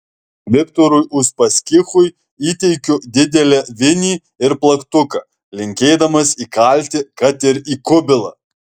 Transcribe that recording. viktorui uspaskichui įteikiu didelę vinį ir plaktuką linkėdamas įkalti kad ir į kubilą